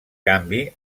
canvi